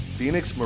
Phoenix